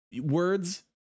Words